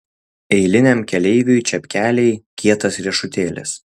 eiliniam keleiviui čepkeliai kietas riešutėlis